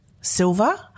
silver